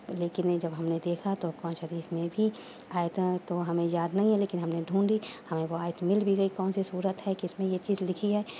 لیکن یہ جب ہم نے دیکھا تو قرآن شریف میں بھی آیتیں تو ہمیں یاد نہیں ہے لیکن ہم نے ڈھونڈی ہمیں وہ آیت مل بھی گئی کون سی سورت ہے کس میں یہ چیز لکھی ہے